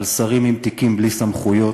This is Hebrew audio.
על שרים עם תיקים בלי סמכויות,